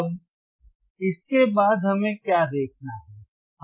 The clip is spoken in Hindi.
अब इसके बाद हमें क्या देखना है